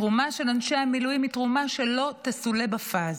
התרומה של אנשי המילואים היא תרומה שלא תסולא בפז.